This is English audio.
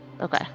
Okay